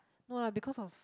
no lah because of